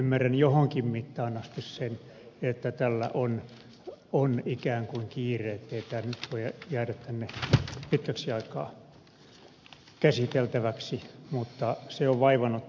ymmärrän johonkin mittaan asti sen että tällä on ikään kuin kiire ettei tämä nyt voi jäädä tänne pitkäksi aikaa käsiteltäväksi mutta se on vaivannut tämän asian käsittelyä